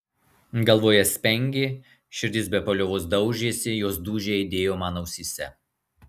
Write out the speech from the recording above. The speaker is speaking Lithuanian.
galvoje spengė širdis be paliovos daužėsi jos dūžiai aidėjo man ausyse